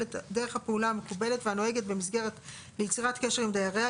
הפעולה המקובלת הנוהגת במסגרת ליצירת קשר עם דייריה,